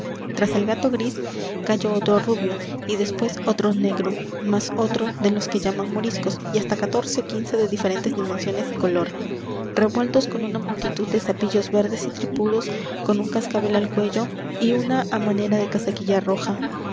tras el gato gris cayó otro rubio y después otro negro más otro de los que llaman moriscos y hasta catorce ó quince de diferentes dimensiones y color revueltos con una multitud de sapillos verdes y tripudos con un cascabel al cuello y una á manera de casaquilla roja